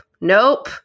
nope